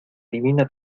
divina